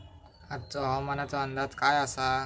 आजचो हवामान अंदाज काय आसा?